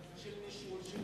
של נישול, של כיבוש.